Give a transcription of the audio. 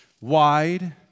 wide